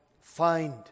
find